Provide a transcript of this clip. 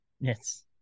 Yes